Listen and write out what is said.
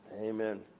Amen